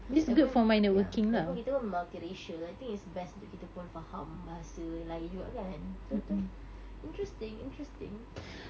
ya ya lagipun kita pun multi racial I think it's best untuk kita pun faham bahasa yang lain juga kan betul betul interesting interesting